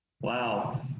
Wow